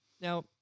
Now